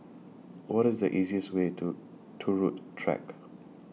What IS The easiest Way to Turut Track